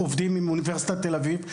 עובדים עם אוניברסיטת תל אביב.